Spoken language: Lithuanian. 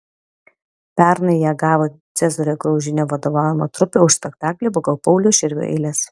pernai ją gavo cezario graužinio vadovaujama trupė už spektaklį pagal pauliaus širvio eiles